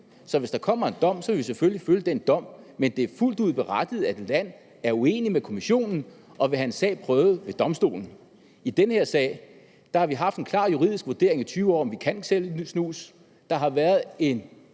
så hvis der kommer en dom, vil vi selvfølgelig følge den dom, men det er fuldt ud berettiget, at et land er uenig med Kommissionen og vil have en sag prøvet ved Domstolen. I den her sag har vi haft en klar juridisk vurdering i 20 år om, at vi kan sælge snus.